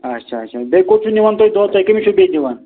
اچھا اچھا بیٚیہِ کوٚت چھِو نِوان تُہۍ دۄد تُہۍ کٔمِس چھِو بیٚیہِ دِوان